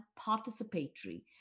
participatory